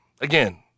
Again